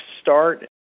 start